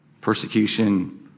Persecution